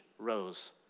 rose